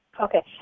Okay